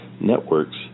networks